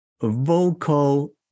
vocal